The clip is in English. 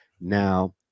now